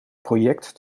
project